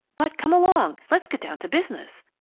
but come along! let's get down to business.